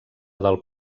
del